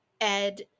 ed